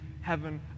heaven